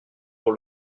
pour